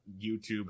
YouTube